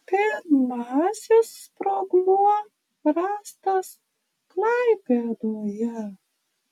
pirmasis sprogmuo rastas klaipėdoje